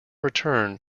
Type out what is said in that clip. return